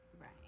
right